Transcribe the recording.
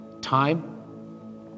time